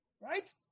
right